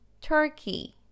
Turkey